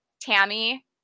Tammy